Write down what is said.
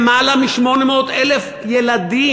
למעלה מ-800,000 ילדים.